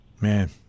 Man